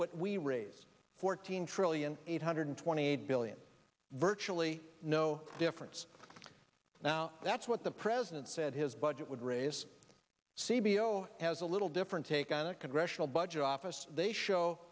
what we raise fourteen trillion eight hundred twenty eight billion virtually no difference now that's what the president said his budget would raise see below as a little different take on a congressional budget office they show